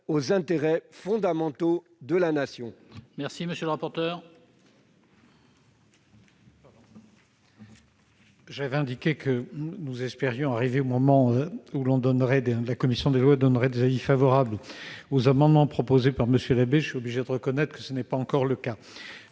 aux intérêts fondamentaux de la Nation.